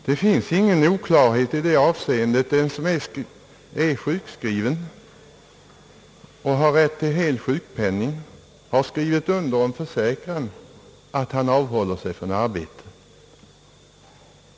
Det finns ingen oklarhet i det avseendet. Den som är sjukskriven och har rätt till hel sjukpenning har skrivit under en försäkran, att han avhåller sig från arbete.